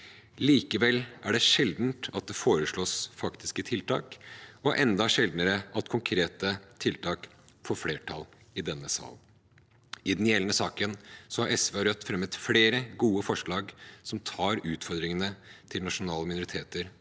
Likevel er det sjelden at det foreslås faktiske tiltak, og enda sjeldnere at konkrete tiltak får flertall i denne sal. I den gjeldende saken har SV og Rødt fremmet flere gode forslag som tar utfordringene som nasjonale minoriteter og samer